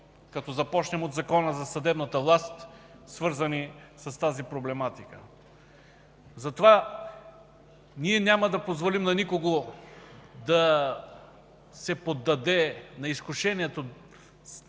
като започнем от Закона за съдебната власт, свързани с тази проблематика. Затова няма да позволим на никого да се поддаде на изкушението